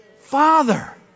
father